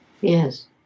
Yes